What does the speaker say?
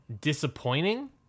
disappointing